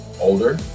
older